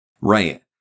Right